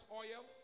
oil